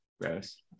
Gross